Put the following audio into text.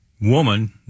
woman